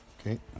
Okay